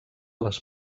les